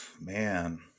man